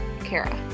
Kara